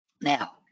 Now